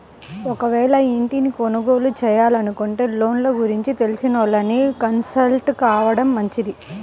ఒకవేళ ఇంటిని కొనుగోలు చేయాలనుకుంటే లోన్ల గురించి తెలిసినోళ్ళని కన్సల్ట్ కావడం మంచిది